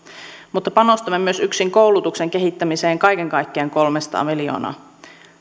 mutta panostamme myös yksin koulutuksen kehittämiseen kaiken kaikkiaan kolmesataa miljoonaa